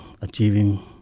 achieving